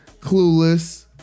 clueless